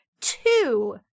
two